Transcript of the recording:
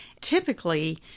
Typically